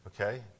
Okay